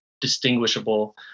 distinguishable